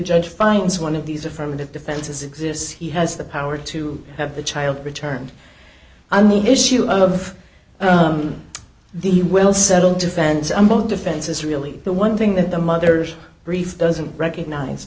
judge finds one of these affirmative defenses exists he has the power to have the child returned and the issue of the well settled defense imo defense is really the one thing that the mother's grief doesn't recognize